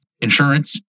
insurance